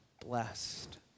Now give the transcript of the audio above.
blessed